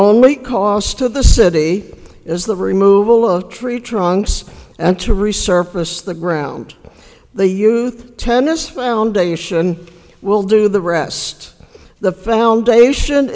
only cost to the city is the removal of tree trunks and to resurface the ground they use the tennis foundation will do the rest of the foundation